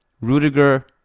Rudiger